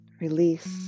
Release